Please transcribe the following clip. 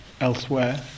elsewhere